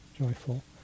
joyful